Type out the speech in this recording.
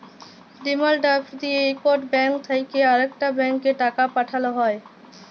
demand draft দিঁয়ে ইকট bank থ্যাইকে আরেকট ব্যাংকে টাকা পাঠাল হ্যয়